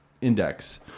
index